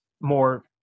more